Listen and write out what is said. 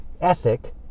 ethic